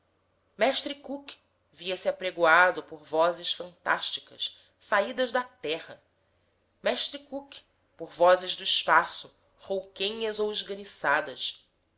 mestre cook via-se apregoado por vozes fantásticas saídas da terra mestre cook por vozes do espaço rouquenhas ou esganiçadas